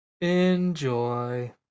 Enjoy